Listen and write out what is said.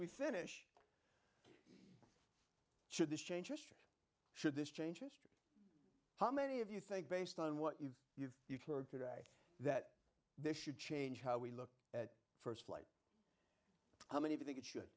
we finish should this change history should this change is true how many of you think based on what you've you've you've heard today that this should change how we look at st place how many of you think it should